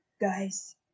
Guys